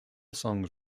songs